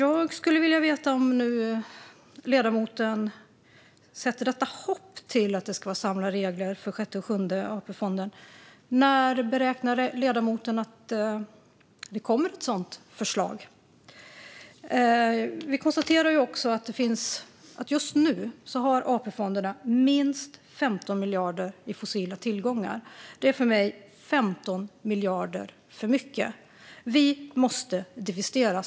Om nu ledamoten sätter detta hopp till att det ska vara samma regler för Sjätte och Sjunde AP-fonden undrar jag när ledamoten beräknar att det kommer ett sådant förslag. Just nu har AP-fonderna minst 15 miljarder i fossila tillgångar. Det är för mig 15 miljarder för mycket. Vi måste divestera.